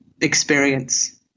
experience